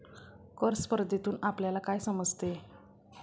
कर स्पर्धेतून आपल्याला काय समजते?